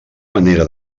manera